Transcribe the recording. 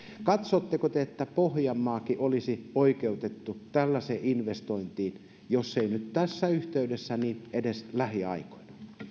katsotteko te että pohjanmaakin olisi oikeutettu tällaiseen investointiin jos ei nyt tässä yhteydessä niin edes lähiaikoina